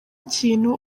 ikintu